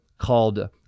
called